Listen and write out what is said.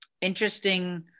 interesting